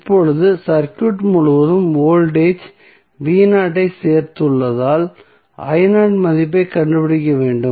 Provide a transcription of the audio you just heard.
இப்போது சர்க்யூட் முழுவதும் வோல்டேஜ் ஐ சேர்த்துள்ளதால் மதிப்பைக் கண்டுபிடிக்க வேண்டும்